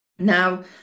Now